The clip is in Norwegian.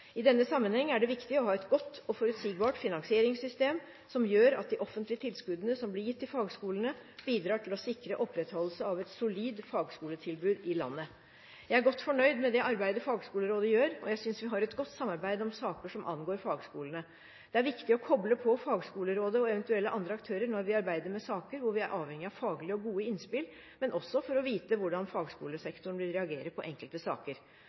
I denne sammenheng er det viktig å ha et godt og forutsigbart finansieringssystem som gjør at de offentlige tilskuddene som blir gitt til fagskolene, bidrar til å sikre opprettholdelsen av et solid fagskoletilbud i landet. Jeg er godt fornøyd med det arbeidet fagskolerådet gjør, og jeg synes vi har et godt samarbeid om saker som angår fagskolene. Det er viktig å koble på fagskolerådet og eventuelle andre aktører når vi arbeider med saker hvor vi er avhengig av faglige og gode innspill, men også for å vite hvordan fagskolesektoren vil reagere på enkelte saker.